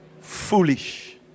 Foolish